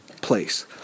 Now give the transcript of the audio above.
place